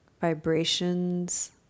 vibrations